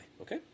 okay